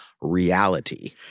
reality